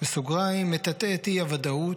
/ (מטאטא את אי-הוודאות.